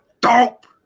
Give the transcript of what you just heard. dope